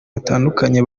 batandukanye